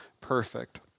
perfect